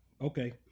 Okay